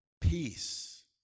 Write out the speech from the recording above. peace